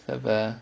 sofa